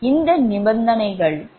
இந்த நிபந்தனைகள் இப்போது பொருந்தும்